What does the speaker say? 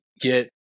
get